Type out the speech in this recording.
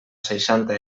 seixanta